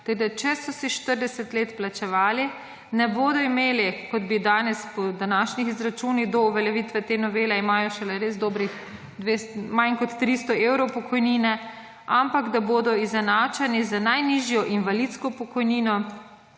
da če so si 40 let plačevali ne bodo imeli, kot bi danes po današnjih izračunih, do uveljavitve te novele imajo šele res dobrih manj kot 300 evrov pokojnine, ampak da bodo izenačeni z najnižjo invalidsko pokojnino,